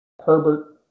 Herbert